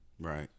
right